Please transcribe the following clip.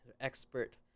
expert